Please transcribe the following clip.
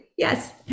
Yes